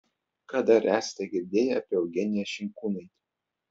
ką dar esate girdėję apie eugeniją šimkūnaitę